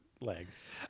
legs